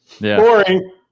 boring